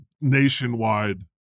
nationwide